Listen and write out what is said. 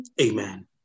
Amen